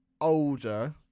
older